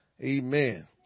Amen